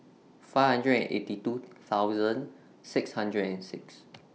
five hundred and eighty two thousand six hundred and six